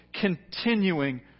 continuing